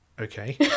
Okay